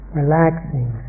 relaxing